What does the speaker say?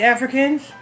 Africans